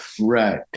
Right